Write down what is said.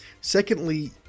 Secondly